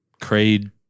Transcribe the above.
Creed